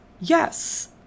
Yes